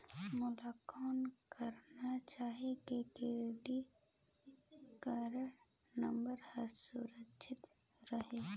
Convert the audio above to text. मोला कौन करना चाही की क्रेडिट कारड नम्बर हर सुरक्षित रहे?